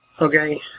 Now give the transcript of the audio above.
Okay